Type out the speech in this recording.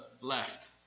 Left